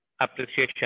appreciation